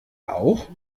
auch